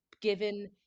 given